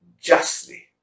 justly